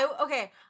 Okay